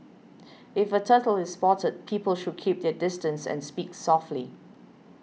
if a turtle is spotted people should keep their distance and speak softly